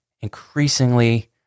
increasingly